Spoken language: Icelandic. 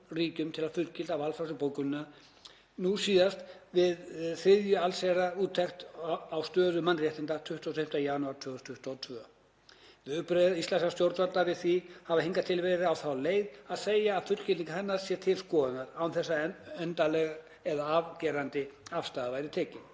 til að fullgilda valfrjálsu bókunina, nú síðast við þriðju allsherjarúttekt á stöðu mannréttindamála 25. janúar 2022. Viðbrögð íslenskra stjórnvalda við því hafa hingað til verið á þá leið að segja að fullgilding hennar sé til skoðunar, án þess að endanleg eða afgerandi afstaða hafi verið